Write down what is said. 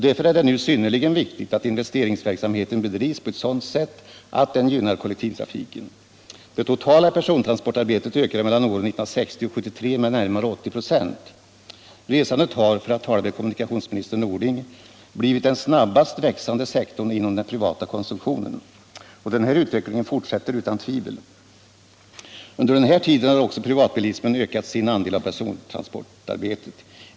Därför är det nu synnerligen viktigt att investeringsverksamheten bedrivs på ett sådant sätt att den gynnar kollektivtrafiken. Det totala persontransportarbetet ökade mellan år 1960 och 1973 med närmare 80 4. Resandet har, för att tala med kommunikationsminister Norling, blivit den snabbast växande sektorn inom den privata konsumtionen. Den här utvecklingen fortsätter utan tvivel. Under denna tid har också privatbilismen ökat sin andel av persontransportarbetet.